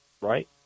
right